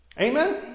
Amen